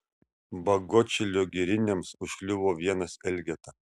bagotšilio giriniams užkliuvo vienas elgeta